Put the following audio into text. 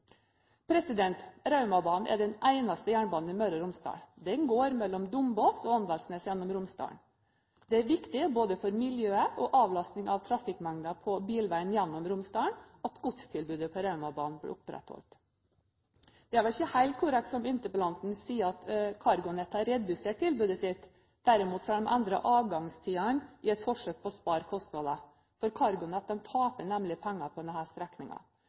Raumabanen er den eneste jernbanen i Møre og Romsdal. Den går mellom Dombås og Åndalsnes, gjennom Romsdalen. Det er viktig både for miljøet og avlastning av trafikkmengden på bilveien gjennom Romsdalen at godstilbudet på Raumabanen blir opprettholdt. Det er vel ikke helt korrekt det interpellanten sier, at CargoNet har redusert tilbudet sitt, derimot har de endret avgangstidene i et forsøk på å spare kostnader. CargoNet taper nemlig penger på